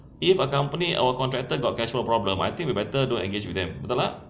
if a company contractor got cash flow problem I think we better don't engage with them betul tak